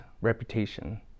reputation